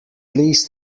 least